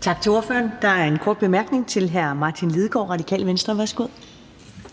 Tak til ordføreren. Der er en kort bemærkning til hr. Martin Lidegaard, Radikale Venstre. Værsgo. Kl. 15:24 Martin